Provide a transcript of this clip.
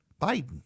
Biden